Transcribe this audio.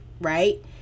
right